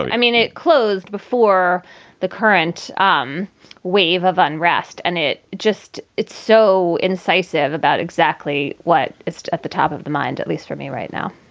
i mean, it closed before the current um wave of unrest and it just it's so incisive about exactly what is at the top of the mind, at least for me right now